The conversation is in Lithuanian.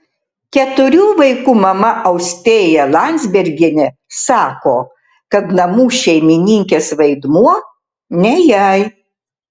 keturių vaikų mama austėja landzbergienė sako kad namų šeimininkės vaidmuo ne jai